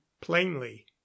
plainly